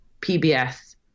PBS